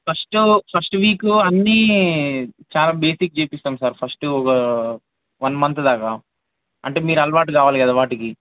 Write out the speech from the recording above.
first first week అన్నీ చాలా basic చేపిస్తాం సార్ ఫస్ట్ ఒక వన్ మంత్ దాకా అంటే మీరు అలవాటు కావాలి కదా వాటికి